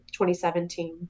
2017